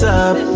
up